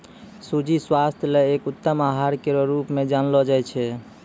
सूजी स्वास्थ्य ल एक उत्तम आहार केरो रूप म जानलो जाय छै